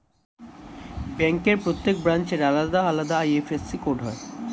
ব্যাংকের প্রত্যেক ব্রাঞ্চের আলাদা আলাদা আই.এফ.এস.সি কোড হয়